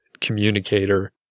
communicator